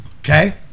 Okay